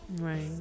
Right